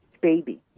baby